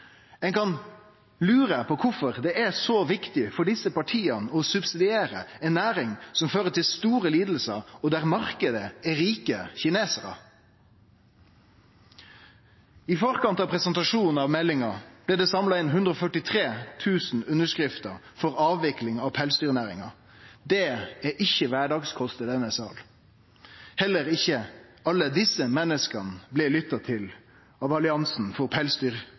Ein kan lure på kvifor det er så viktig for desse partia å subsidiere ei næring som fører til store lidingar, og der marknaden er rike kinesarar. I forkant av presentasjonen av meldinga blei det samla inn 143 000 underskrifter for avvikling av pelsdyrnæringa. Det er ikkje kvardagskost i denne salen. Heller ikkje alle desse menneska blei lytta til av alliansen for